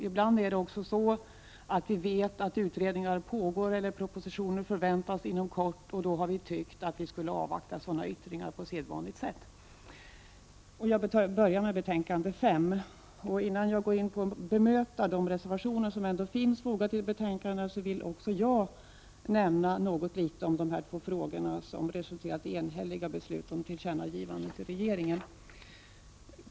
Ibland är det också så att vi vet att utredningar pågår eller propositioner förväntas inom kort, och då har vi tyckt att vi skulle avvakta sådana yttringar på sedvanligt sätt. Innan jag går in på ett bemöta de reservationer som ändå finns fogade till betänkandena, vill också jag nämna något litet om de två frågor som resulterat i enhälliga beslut om tillkännagivanden till regeringen.